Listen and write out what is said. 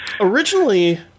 originally